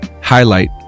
highlight